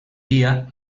dia